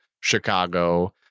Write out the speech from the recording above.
Chicago